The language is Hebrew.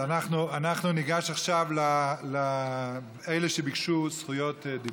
ניגש עכשיו לאלה שביקשו זכות דיבור.